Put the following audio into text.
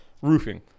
Roofing